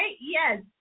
Yes